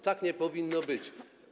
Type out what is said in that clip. Tak nie powinno być.